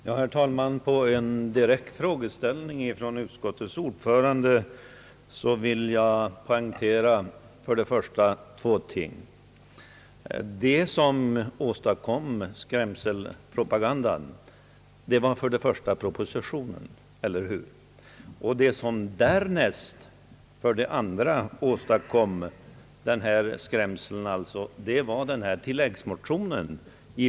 Herr talman! På en direkt frågeställning från utskottets ordförande vill jag poängtera tre ting. Det som åstadkom skrämselpropagandan var för det första propositionen, eller hur? Det som därnäst — för det andra — åstadkom denna skrämsel var den socialdemokratiska tilläggsmotionen.